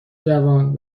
جوان